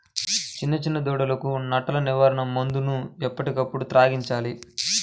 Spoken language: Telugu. చిన్న చిన్న దూడలకు నట్టల నివారణ మందులను ఎప్పటికప్పుడు త్రాగించాలి